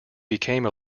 became